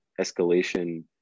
escalation